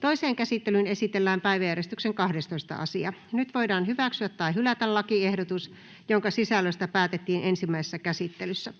Toiseen käsittelyyn esitellään päiväjärjestyksen 12. asia. Nyt voidaan hyväksyä tai hylätä lakiehdotus, jonka sisällöstä päätettiin ensimmäisessä käsittelyssä.